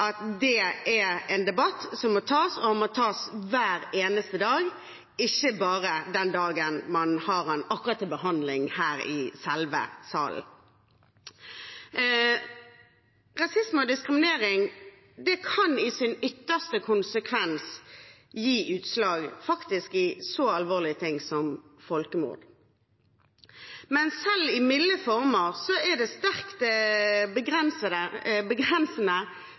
at det er en debatt som må tas, og må tas hver eneste dag, ikke bare akkurat den dagen man har den til behandling her i selve salen. Rasisme og diskriminering kan i sin ytterste konsekvens faktisk gi seg utslag i så alvorlige ting som folkemord. Men selv i milde former er det sterkt begrensende